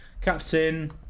Captain